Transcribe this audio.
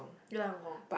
you like Hong-Kong